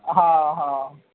हां हां